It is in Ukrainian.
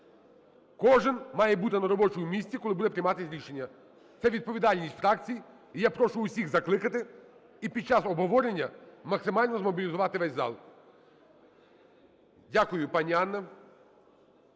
Кожен має бути на робочому місці, коли буде прийматися рішення. Це відповідальність фракцій. І я прошу всіх закликати, і під час обговорення максимально змобілізувати весь зал. Дякую, пані Анна.